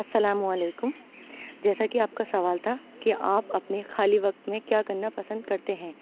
السلام علیکم جیسا کہ آپ کا سوال تھا کہ آپ اپنے خالی وقت میں کیا کرنا پسند کرتے ہیں